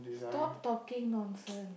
stop talking nonsense